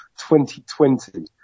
2020